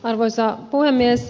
arvoisa puhemies